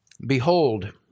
Behold